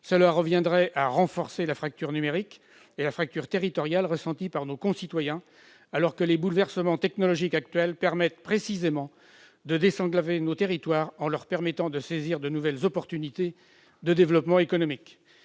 Cela reviendrait à renforcer les fractures numérique et territoriale ressenties par nos concitoyens, alors que les bouleversements technologiques actuels contribuent précisément à désenclaver nos territoires en leur permettant de saisir de nouvelles opportunités de développement économique.